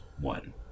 one